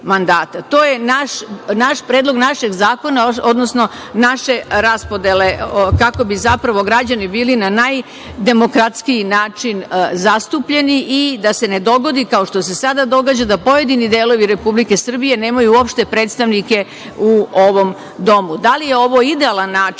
To je predlog naše raspodele, kako bi zapravo građani bili na najdemokratskiji način zastupljeni i da se ne dogodi, kao što se sada događa, da pojedini delovi Republike Srbije nemaju uopšte predstavnike u ovom domu. Da li je ovo idealan način,